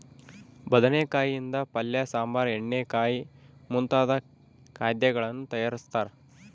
ಬದನೆಕಾಯಿ ಯಿಂದ ಪಲ್ಯ ಸಾಂಬಾರ್ ಎಣ್ಣೆಗಾಯಿ ಮುಂತಾದ ಖಾದ್ಯಗಳನ್ನು ತಯಾರಿಸ್ತಾರ